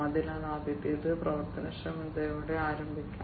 അതിനാൽ ആദ്യത്തേത് പ്രവർത്തനക്ഷമതയോടെ ആരംഭിക്കും